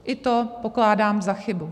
I to pokládám za chybu.